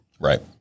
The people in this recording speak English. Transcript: Right